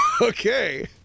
Okay